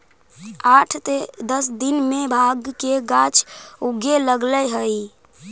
आठ से दस दिन में भाँग के गाछ उगे लगऽ हइ